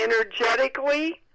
energetically